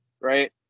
right